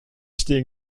stehen